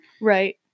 Right